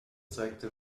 zeigte